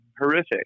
horrific